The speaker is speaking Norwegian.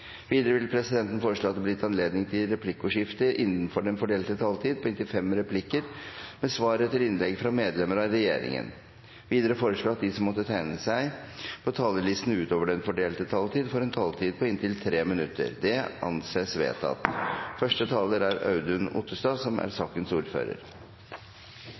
Videre vil presidenten foreslå at det blir gitt anledning til replikkordskifte på inntil fem replikker med svar etter innlegg fra medlemmer av regjeringen innenfor den fordelte taletid. Videre foreslås det at de som måtte tegne seg på talerlisten utover den fordelte taletid, får en taletid på inntil 3 minutter. – Det anses vedtatt.